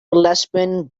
lesbian